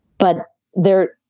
but there.